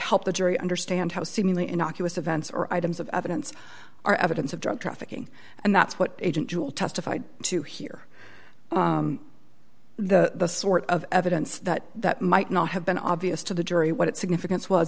help the jury understand how seemingly innocuous events or items of evidence are evidence of drug trafficking and that's what agent jewel testified to here the sort of evidence that that might not have been obvious to the jury what its significance was